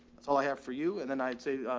that's all i have for you. and then i'd say, ah,